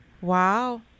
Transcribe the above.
Wow